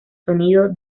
sonido